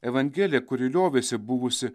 evangelija kuri liovėsi buvusi